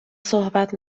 صحبت